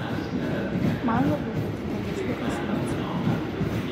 man labiau patinka vėžliukas micė